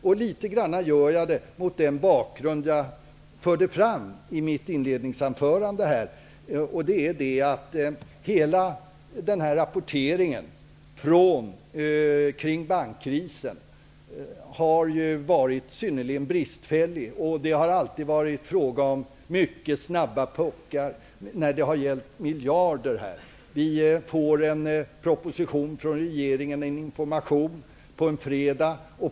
Jag gör det mot bakgrund av att rapporteringen kring bankkrisen, som jag förde fram i mitt inledningsanförande, har varit synnerligen bristfällig. Det har alltid varit fråga om mycket snabba puckar när det har gällt miljarder. Vi får i en proposition från regeringen information på en fredag.